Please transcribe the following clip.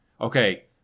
Okay